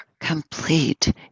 Complete